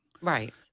Right